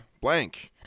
Blank